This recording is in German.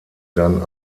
dann